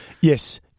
Yes